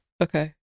Okay